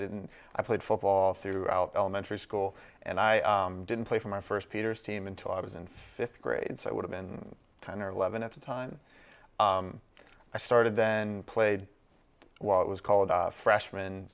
and i played football throughout elementary school and i didn't play for my first peter's team until i was in fifth grade so i would have been ten or eleven at the time i started then played what was called a freshman